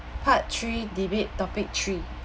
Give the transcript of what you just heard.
part three debate topic three